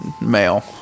male